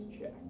check